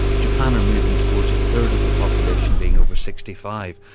japan are moving towards a third of the population being over sixty five.